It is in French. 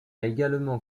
également